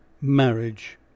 Marriage